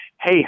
hey